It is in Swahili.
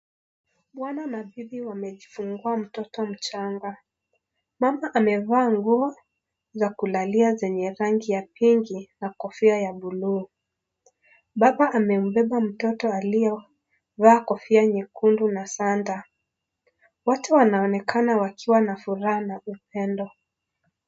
Bwana na Bibi wamejifungua mtoto mchanga . Mama amevaa nguo za kulalia zenye rangi ya pinki na kofia ya bluu. Bana amembeba mtoto aliyevaa Kofia nyekundu na Santa. Wote wanaonekana wakiwa na furaha na upendo.